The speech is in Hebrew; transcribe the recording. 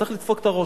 צריך לדפוק את הראש,